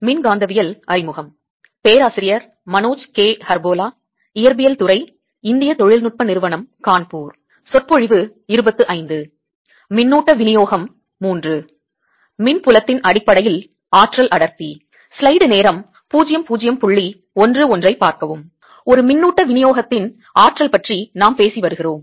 மின்னூட்டம் விநியோகம் III மின்புலத்தின் அடிப்படையில் ஆற்றல் அடர்த்தி ஒரு மின்னூட்ட விநியோகத்தின் ஆற்றல் பற்றி நாம் பேசி வருகிறோம்